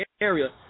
area